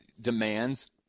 demands